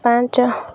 ପାଞ୍ଚ